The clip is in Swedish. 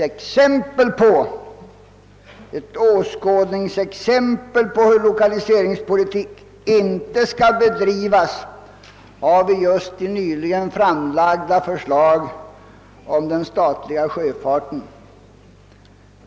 Ett åskådningsexempel på hur lokaliseringspolitik inte bör bedrivas har vi erhållit genom det nyligen framlagda förslaget om den statliga sjöfartspolitiken.